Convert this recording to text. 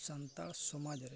ᱥᱟᱱᱛᱟᱲ ᱥᱚᱢᱟᱡᱽ ᱨᱮ